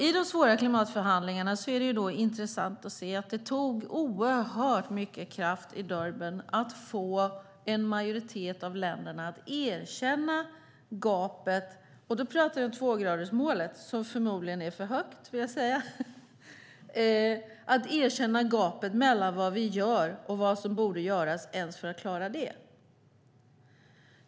I de svåra klimatförhandlingarna är det intressant att se att det tog oerhört mycket kraft i Durban att få en majoritet av länderna att erkänna gapet mellan vad vi gör och vad som borde göras för att klara detta. Och då talar vi om tvågradersmålet, som förmodligen är för högt.